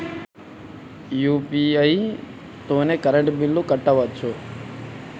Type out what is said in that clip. UPI తోని current bill కట్టుకోవచ్ఛా?